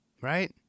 Right